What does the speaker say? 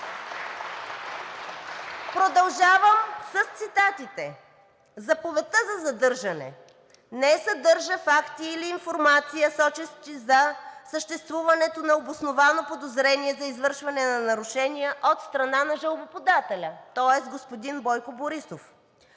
Продължавам с цитатите: заповедта за задържане не съдържа факти или информация, сочещи за съществуването на обосновано подозрение за извършване на нарушения от страна на жалбоподателя – тоест господин Бойко Борисов.